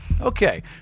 okay